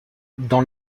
dans